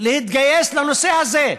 להתגייס לנושא הזה,